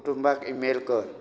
कुटुंबाक ईमेल कर